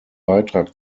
beitrag